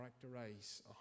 characterize